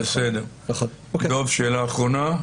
דב, שאלה אחרונה.